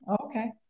okay